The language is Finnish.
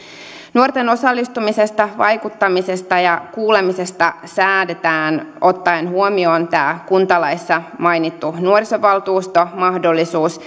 nuorten osallistumisesta vaikuttamisesta ja kuulemisesta säädetään ottaen huomioon tämä kuntalaissa mainittu nuorisovaltuustomahdollisuus